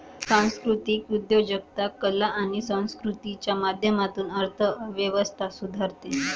सांस्कृतिक उद्योजकता कला आणि संस्कृतीच्या माध्यमातून अर्थ व्यवस्था सुधारते